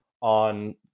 on